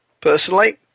Personally